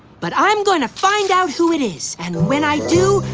but i'm going to find out who it is, and when i do,